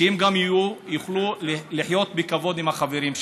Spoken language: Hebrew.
והם גם יוכלו לחיות בכבוד עם החברים שלהם.